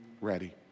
ready